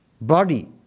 Body